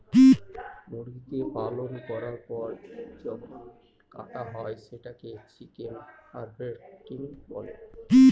মুরগিকে পালন করার পর যখন কাটা হয় সেটাকে চিকেন হার্ভেস্টিং বলে